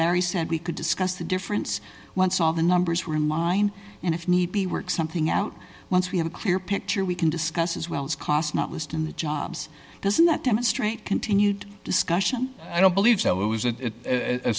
larry said we could discuss the difference once all the numbers were in line and if need be work something out once we have a clear picture we can discuss as well as costs not least in the jobs doesn't that demonstrate continued discussion i don't believe that was